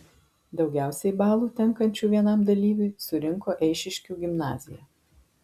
daugiausiai balų tenkančių vienam dalyviui surinko eišiškių gimnazija